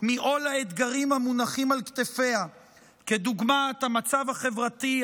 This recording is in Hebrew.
מעול האתגרים המונחים על כתפיה כדוגמת המצב החברתי,